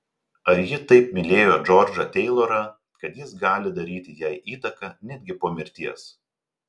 ar ji taip mylėjo džordžą teilorą kad jis gali daryti jai įtaką netgi po mirties